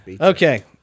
Okay